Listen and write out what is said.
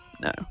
no